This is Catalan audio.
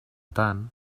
tant